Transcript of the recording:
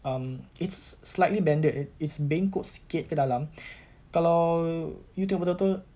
um it's slightly bended it's bengkok sikit ke dalam kalau you tengok betul-betul